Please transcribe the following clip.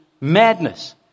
madness